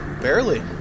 barely